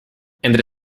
entre